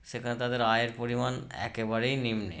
সেখানে তাদের আয়ের পরিমাণ একেবারেই নিম্নে